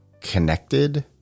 connected